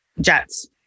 jets